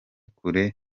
kure